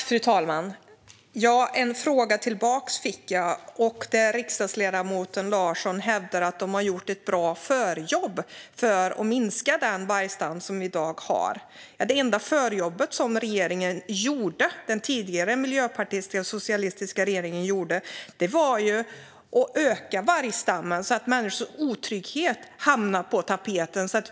Fru talman! Jag fick en fråga tillbaka, och riksdagsledamoten Larsson hävdar att den förra regeringen har gjort ett bra förarbete för att minska den vargstam som vi har i dag. Det enda förarbete som den tidigare miljöpartistiska och socialistiska regeringen gjorde var att öka vargstammen så att människors otrygghet hamnade på tapeten.